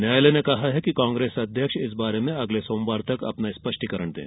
न्यायालय ने कहा है कि कांग्रेस अध्यक्ष इस बारे में अगले सोमवार तक अपना स्पष्टीकरण दें